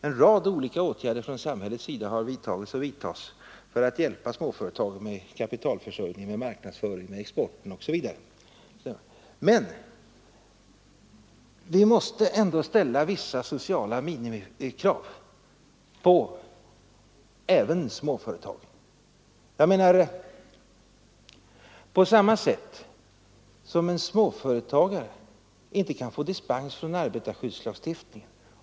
En rad olika åtgärder från samhällets sida har vidtagits och vidtas för att hjälpa småföretagen med kapitalförsörjning, marknadsföring, export osv. Men vi måste ändå ställa vissa sociala minimikrav även på småföretag. En småföretagare kan inte få dispens från arbetarskyddslagstiftningen.